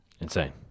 Insane